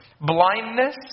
Blindness